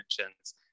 mentions